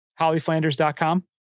hollyflanders.com